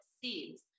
seeds